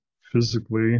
physically